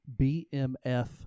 BMF